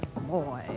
Boy